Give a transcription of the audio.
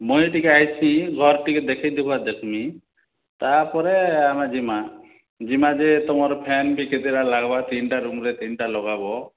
ମୁଇଁ ଟିକେ ଆସ୍କି ଘର୍ ଟିକେ ଦେଖେଇଦେବାର୍ ଦେଖ୍ମି ତାପରେ ଆମେ ଯିମା ଯିମା ଯେ ତୁମର୍ ଫ୍ୟାନ୍କେ କେତ୍ଟା ଲାଗ୍ବା ତିନ୍ଟା ରୁମ୍ରେ ତିନଟା ଲଗାବ